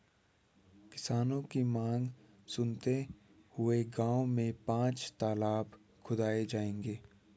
किसानों की मांग सुनते हुए गांव में पांच तलाब खुदाऐ जाएंगे